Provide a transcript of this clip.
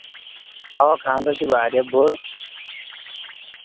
اَوا خاندر چھِ واریاہ بوٚڑ